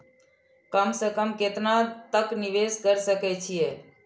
कम से कम केतना तक निवेश कर सके छी ए?